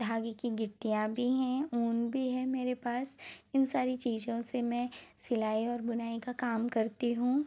धागे की गिट्टियाँ भी हैं उन भी है मेरे पास इन सारी चीज़ों से मैं सिलाई और बुनाई का काम करती हूँ